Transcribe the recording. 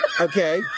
okay